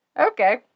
okay